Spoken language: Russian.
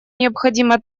необходимо